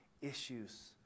issues